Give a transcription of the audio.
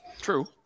True